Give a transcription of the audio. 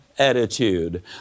attitude